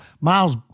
Miles